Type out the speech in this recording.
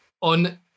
on